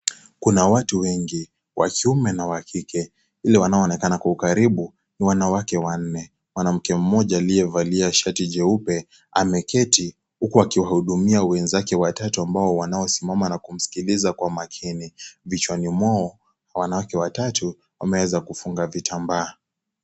Kuna watu wengi wa kiume na wa kike ila wanaonekana kwa karibu ni wanawake wanne mwanamke mmoja aliyevalia shati jeupe ameketi huku akiwaudumia wenzake watatu ambao wanaosimama na kumsikiliza kwa makini vichwani mwao wanawake watatu wameweza kufunga vitambaa.